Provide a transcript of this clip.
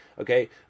Okay